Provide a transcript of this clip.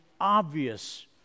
obvious